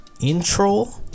intro